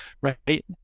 right